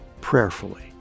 prayerfully